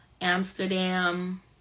Amsterdam